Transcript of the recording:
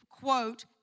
Quote